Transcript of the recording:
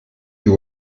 you